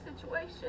situation